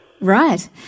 Right